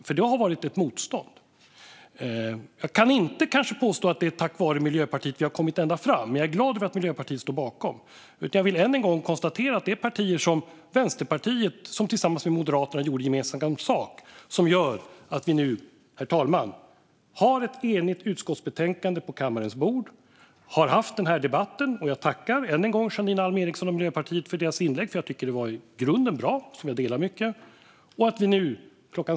Det har nämligen funnits ett motstånd. Jag kan kanske inte påstå att det är tack vare Miljöpartiet som vi har kommit ända fram, men jag är glad över att Miljöpartiet har ställt sig bakom detta. Än en gång får jag konstatera att det är partier som Vänsterpartiet som har gjort gemensam sak med Moderaterna, och det är detta som gör att vi nu har ett enigt utskottsbetänkande på kammarens bord. Det är därför vi har haft den här debatten - jag tackar än en gång Janine Alm Ericson och Miljöpartiet för inläggen, för jag tycker att de i grunden var bra - och nu kl.